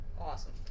awesome